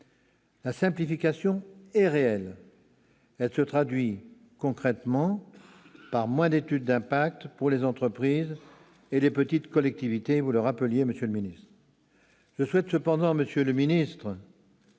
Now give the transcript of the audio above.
La simplification est réelle : elle se traduit concrètement par moins d'études d'impact pour les entreprises et les petites collectivités. Je souhaite cependant